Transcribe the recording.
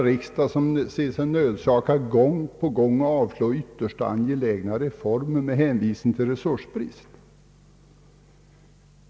Riksdagen ser sig nödsakad att gång på gång avslå ytterst angelägna reformer med hänsyn till resursbrist.